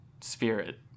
spirit